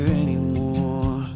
anymore